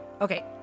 Okay